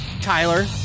Tyler